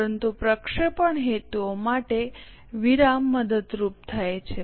પરંતુ પ્રક્ષેપણ હેતુઓ માટે વિરામ મદદરૂપ થાય છે